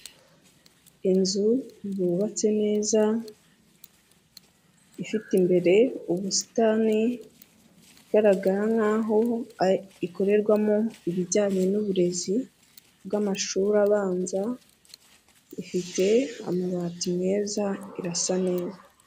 Inzu yubatse neza, ifite imbere ubusitani igaragara nkaho ikorerwamo ibijyanye n'uburezi bw'amashuri abanza, ifite amabati meza irasa neza.